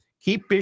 Keep